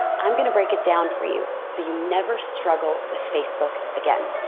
i'm gonna break it down for you so you never struggle with facebook again,